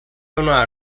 donar